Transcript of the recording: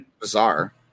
bizarre